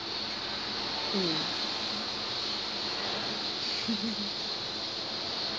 mm